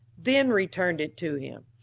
then returned it to him.